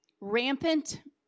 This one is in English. rampant